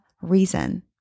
reason